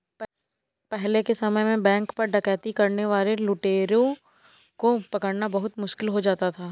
पहले के समय में बैंक पर डकैती करने वाले लुटेरों को पकड़ना बहुत मुश्किल हो जाता था